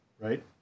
right